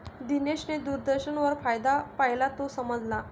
दिनेशने दूरदर्शनवर फायदा पाहिला, तो समजला